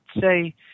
say